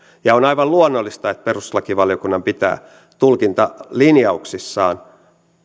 ja on aivan luonnollista että perustuslakivaliokunnan pitää tulkintalinjauksissaan